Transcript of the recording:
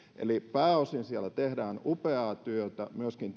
pääosin siellä tehdään upeaa työtä myöskin